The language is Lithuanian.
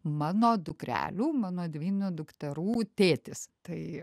mano dukrelių mano dvynių dukterų tėtis tai